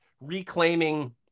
reclaiming